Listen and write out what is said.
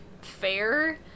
fair